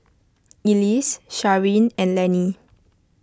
Ellis Sharyn and Lanny